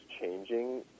changing